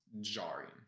jarring